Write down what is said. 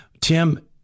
Tim